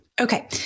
Okay